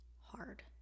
hard